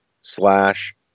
slash